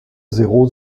zéro